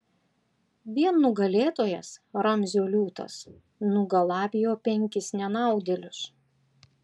vien nugalėtojas ramzio liūtas nugalabijo penkis nenaudėlius